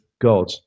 God